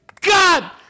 God